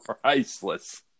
priceless